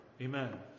Amen